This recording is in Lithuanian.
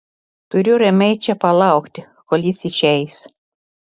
turiu ramiai čia palaukti kol jis išeis